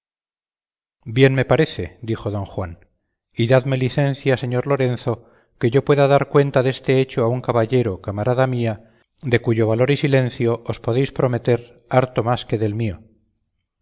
bien me parece dijo don juan y dadme licencia señor lorenzo que yo pueda dar cuenta deste hecho a un caballero camarada mía de cuyo valor y silencio os podéis prometer harto más que del mío